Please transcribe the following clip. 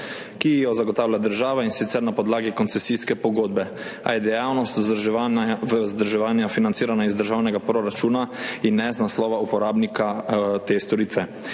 ki jo zagotavlja država, in sicer na podlagi koncesijske pogodbe, a je dejavnost vzdrževanja financirana iz državnega proračuna in ne z naslova uporabnika te storitve.